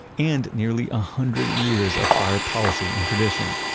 and nearly a hundred years of fire policy and tradition.